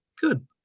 Good